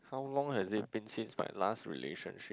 how long has it been since my last relationship